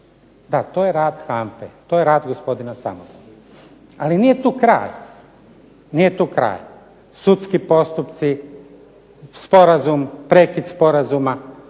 Da, to je rad HANFA-e, to je rad gospodina Samodola. Ali nije tu kraj. Sudski postupci, sporazum, prekid sporazuma